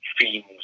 themes